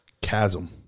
chasm